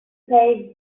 pay